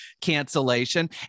cancellation